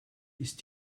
ist